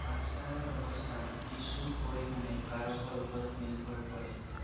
আলচাৰৰ অৱস্থান কিছু পৰিমাণে কাৰকৰ ওপৰত নিৰ্ভৰ কৰে